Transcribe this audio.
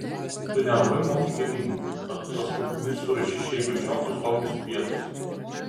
tu nelabai moki gaminti bet paskubomis suruošei šeimai šiokius tokius pietus